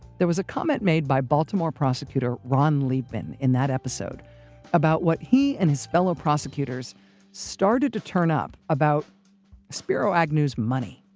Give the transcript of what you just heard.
there was a comment made by baltimore prosecutor ron liebman in that episode about what he and his fellow prosecutors started to turn up about spiro agnew's money,